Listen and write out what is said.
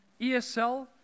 ESL